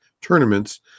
tournaments